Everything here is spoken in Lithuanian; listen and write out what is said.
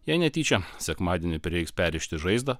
jei netyčia sekmadienį prireiks perrišti žaizdą